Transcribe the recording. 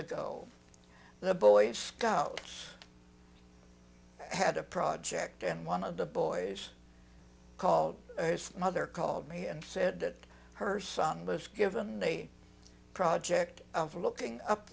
ago the boy scouts had a project and one of the boys called mother called me and said that her son was given a project of looking up